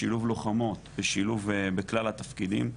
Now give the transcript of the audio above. בשילוב לוחמות, בשילוב בכלל התפקידים,